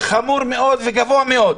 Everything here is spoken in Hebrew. חמור מאוד וגבוה מאוד.